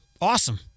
Awesome